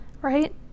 right